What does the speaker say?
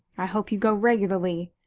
i hope you go regularly.